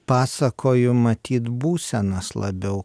pasakoju matyt būsenas labiau